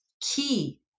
key